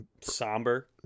Somber